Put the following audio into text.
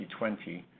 2020